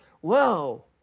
Whoa